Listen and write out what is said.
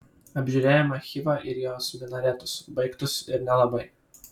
apžiūrėjome chivą ir jos minaretus baigtus ir nelabai